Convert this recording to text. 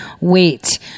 wait